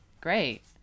Great